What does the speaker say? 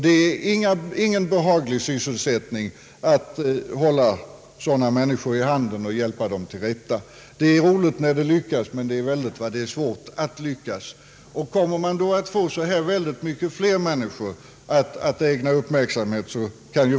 Det är ingen behaglig sysselsättning att hålla sådana människor i handen och hjälpa dem, det är roligt när det lyckas men det är mycket svårt att lyckas.